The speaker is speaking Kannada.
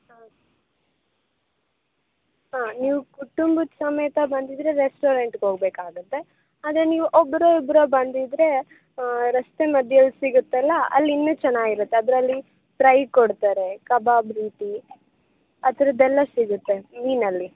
ಹಾಂ ನೀವು ಕುಟುಂಬದ ಸಮೇತ ಬಂದಿದ್ದರೆ ರೆಸ್ಟೋರೆಂಟ್ಗೆ ಹೋಗ್ಬೇಕಾಗುತ್ತೆ ಅದೇ ನೀವು ಒಬ್ಬರೋ ಇಬ್ಬರೋ ಬಂದಿದ್ದರೆ ರಸ್ತೆ ಮಧ್ಯದಲ್ ಸಿಗುತ್ತಲ್ಲ ಅಲ್ಲಿ ಇನ್ನು ಚೆನ್ನಾಗಿರುತ್ತೆ ಅದ್ರಲ್ಲಿ ಫ್ರೈ ಕೊಡ್ತಾರೆ ಕಬಾಬ್ ರೀತಿ ಆ ಥರದ್ದೆಲ್ಲ ಸಿಗುತ್ತೆ ಮೀನಲ್ಲಿ